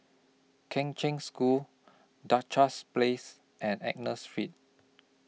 Kheng Cheng School Duchess Place and Agnus Street